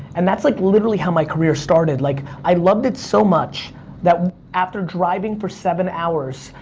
and that's, like, literally how my career started. like, i loved it so much that after driving for seven hours,